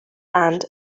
and